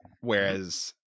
whereas